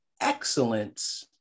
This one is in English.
excellence